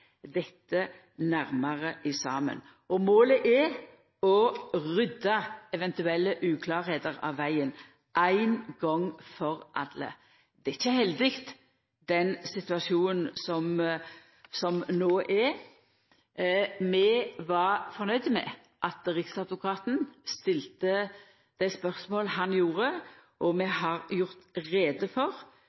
dette nærmare saman. Målet er å rydda eventuell uklårleik av vegen ein gong for alle. Den situasjonen vi har no, er ikkje heldig. Vi var fornøgde med at riksadvokaten stilte dei spørsmåla han gjorde, og vi har i eit svarbrev til riksadvokaten gjort greie for